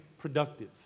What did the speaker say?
productive